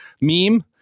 meme